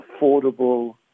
affordable